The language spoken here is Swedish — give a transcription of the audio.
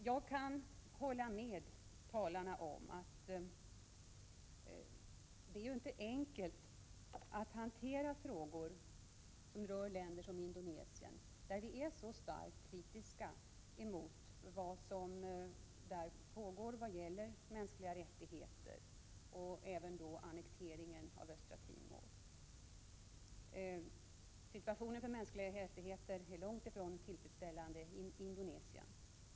Jag kan hålla med talarna om att det inte är enkelt att hantera frågor som rör länder som Indonesien, till vilka vi är starkt kritiska då det gäller mänskliga rättigheter. Vi är även kritiska till annektering av Östra Timor. När det gäller de mänskliga rättigheterna är förhållandena långt ifrån tillfredsställande i Indonesien.